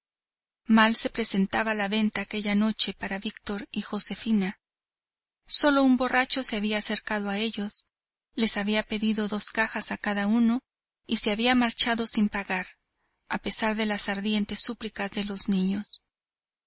mal se presentaba la venta aquella noche para víctor y josefina solo un borracho se había acercado a ellos les había pedido dos cajas a cada uno y se había marchado sin pagar a pesar de las ardientes súplicas de los niños